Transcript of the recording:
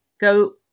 Go